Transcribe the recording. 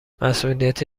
مسئولیت